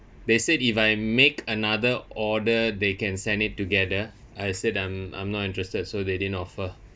they said if I make another order they can send it together I said I'm I'm not interested so they didn't offer